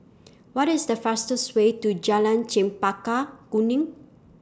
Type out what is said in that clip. What IS The fastest Way to Jalan Chempaka Kuning